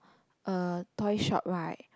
uh toy shop right